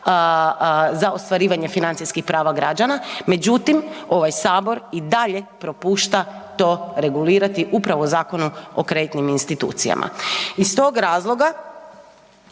za ostvarivanje financijskih prava građana međutim, ovaj Sabor i dalje propušta to regulirati upravo u Zakonu o kreditnim institucijama. Iz tog razloga